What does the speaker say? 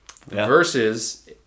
versus